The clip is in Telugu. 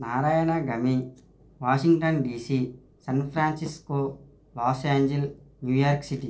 నారాయణగమి Washington DC San Francisco Los Angeles New York city